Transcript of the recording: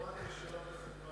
לא האמנתי שלא תוסיף משהו מעצמך.